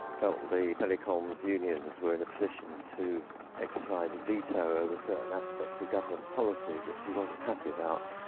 felt the telecom's unions were in a position to exercise a veto over certain aspects of government policy that he wasn't happy about,